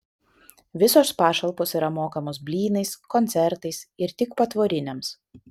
visos pašalpos yra mokamos blynais koncertais ir tik patvoriniams